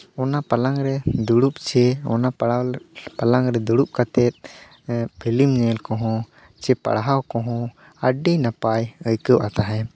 ᱚᱱᱟ ᱯᱟᱞᱟᱝᱠ ᱨᱮ ᱫᱩᱲᱩᱵ ᱪᱮ ᱚᱱᱟ ᱯᱟᱲᱟᱣ ᱯᱟᱞᱟᱝᱠ ᱨᱮ ᱫᱩᱲᱩᱵ ᱠᱟᱛᱮ ᱯᱷᱤᱞᱤᱢ ᱧᱮᱞ ᱠᱚᱦᱚᱸ ᱪᱮ ᱯᱟᱲᱦᱟᱣ ᱠᱚᱦᱚᱸ ᱟᱹᱰᱤ ᱱᱟᱯᱟᱭ ᱟᱹᱭᱠᱟᱹᱟ ᱛᱟᱦᱮᱱ